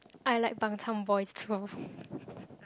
I like Bangtan-Boys too